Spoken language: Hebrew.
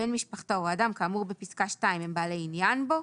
בן משפחתו או אדם כאמור בפסקה (2) הם בעלי עניין בו,